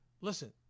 listen